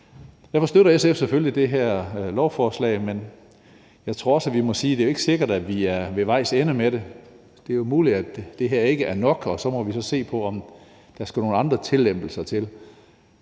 Derfor støtter SF selvfølgelig det her lovforslag. Men jeg tror også, vi må sige, at det jo ikke er sikkert, at vi er ved vejs ende med det. Det er jo muligt, at det her ikke er nok, og så må vi se på, om der skal nogle andre tillempninger til.